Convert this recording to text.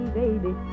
baby